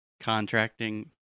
contracting